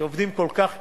שעובדים כל כך קשה: